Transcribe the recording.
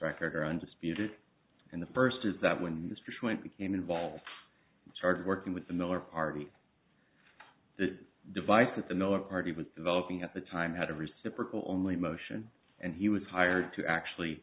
record are undisputed and the first is that when the student became involved i started working with the miller party the device that the miller party was developing at the time had a reciprocal only motion and he was hired to actually